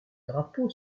drapeau